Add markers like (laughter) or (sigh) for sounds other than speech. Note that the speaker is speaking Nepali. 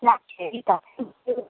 राखेँ है त (unintelligible)